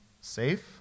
safe